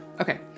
Okay